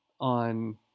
on